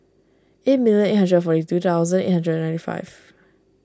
eight million eight hundred and forty two thousand eight hundred and ninety five